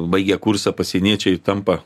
baigę kursą pasieniečiai tampa